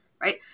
Right